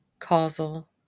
Causal